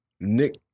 Nick